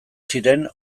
ziren